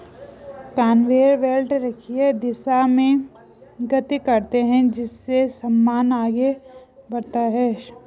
conveyor belt रेखीय दिशा में गति करते हैं जिससे सामान आगे बढ़ता है